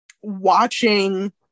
watching